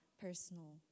personal